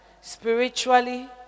spiritually